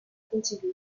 contiguë